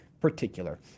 particular